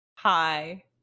Hi